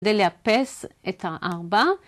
‫דלעפס את הארבע.